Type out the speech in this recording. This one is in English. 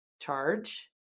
charge